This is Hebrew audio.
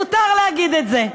מותר להגיד את זה.